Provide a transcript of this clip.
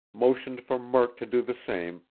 motioned for murk to do the same,